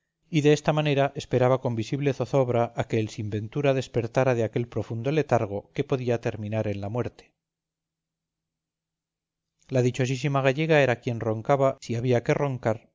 y de esta manera esperaba con visible zozobra a que el sinventura despertara de aquel profundo letargo que podía terminar en la muerte la dichosísima gallega era quien roncaba si había que roncar